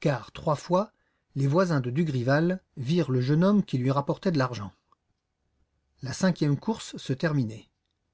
car trois fois les voisins de dugrival virent le jeune homme qui lui rapportait de l'argent la cinquième course se terminait